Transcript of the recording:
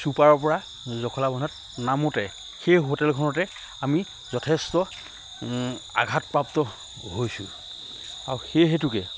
চুপাৰৰ পৰা জখলাবন্ধাত নামোতে সেই হোটেলখনতে আমি যথেষ্ট ও আঘাতপ্ৰাপ্ত হৈছোঁ আৰু সেই হেতুকে